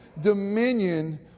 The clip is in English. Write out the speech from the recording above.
dominion